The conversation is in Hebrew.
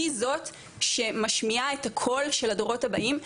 היא זאת שמשמיעה את הקול של הדורות הבאים,